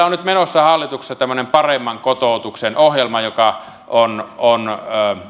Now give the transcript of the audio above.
on nyt menossa hallituksessa tämmöinen paremman kotoutuksen ohjelma joka on on